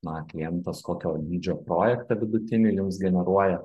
na klientas kokio dydžio projektą vidutinį jums generuoja